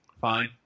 fine